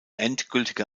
endgültige